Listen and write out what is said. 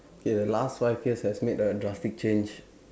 K the last five years has made a drastic change